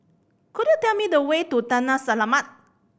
could you tell me the way to Taman Selamat